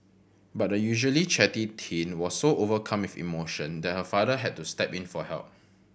but the usually chatty teen was so overcome with emotion that her father had to step in for help